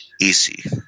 Easy